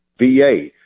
VA